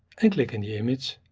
and click in the image.